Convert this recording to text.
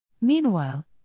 Meanwhile